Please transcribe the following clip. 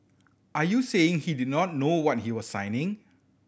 are you saying he did not know what he was signing